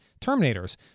Terminators